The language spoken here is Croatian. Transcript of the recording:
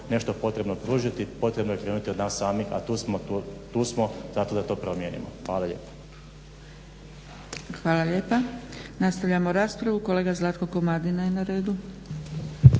nešto potrebno pružiti, potrebno je krenuti od nas samih a tu smo zato da to promijenimo. Hvala lijepo. **Zgrebec, Dragica (SDP)** Hvala lijepa. Nastavljamo raspravu. Kolega Zlatko Komadina je na redu.